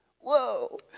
Whoa